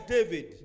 David